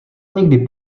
nikdy